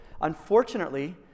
Unfortunately